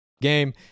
Game